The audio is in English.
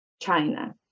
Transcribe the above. China